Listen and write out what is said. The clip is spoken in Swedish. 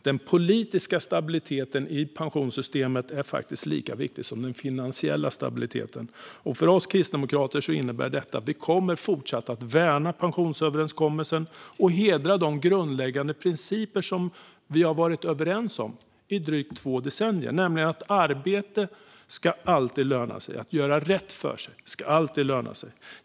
Den politiska stabiliteten i pensionssystemet är faktiskt lika viktig som den finansiella stabiliteten. För Kristdemokraterna innebär detta att Kristdemokraterna kommer att fortsätta att värna pensionsöverenskommelsen och hedra de grundläggande principer vi har varit överens om i drygt två decennier. Arbete ska alltid löna sig. Att göra rätt för sig ska alltid löna sig.